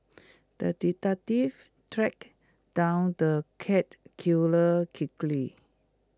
the detective tracked down the cat killer quickly